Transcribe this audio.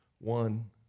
one